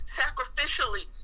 sacrificially